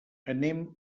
anem